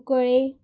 Cuncolim